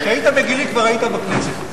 כשהיית בגילי כבר היית בכנסת.